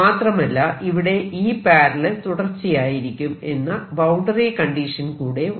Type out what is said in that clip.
മാത്രമല്ല ഇവിടെ E∥ തുടർച്ചയായിരിക്കും എന്ന ബൌണ്ടറി കണ്ടീഷൻ കൂടെ ഉണ്ട്